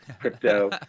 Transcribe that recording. crypto